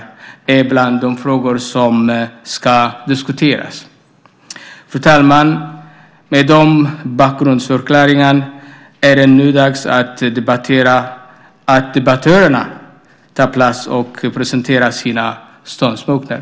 Detta är bland annat de frågor som ska diskuteras. Fru talman! Med den bakgrundsförklaringen är det nu dags att debattörerna tar plats och presenterar sina ståndpunkter.